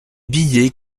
billets